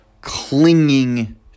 clinging